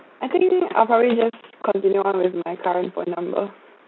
I think I'll probably just continue on with my current phone number